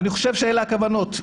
אני חושב שאלה הכוונות.